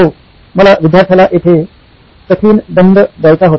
हो मला विद्यार्थ्याला येथे कठीण दंड द्यायचा होता